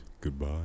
Goodbye